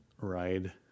ride